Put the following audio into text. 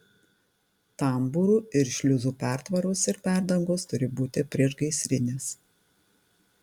tambūrų ir šliuzų pertvaros ir perdangos turi būti priešgaisrinės